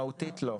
מהותית לא.